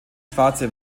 schwarze